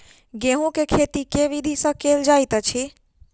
गेंहूँ केँ खेती केँ विधि सँ केल जाइत अछि?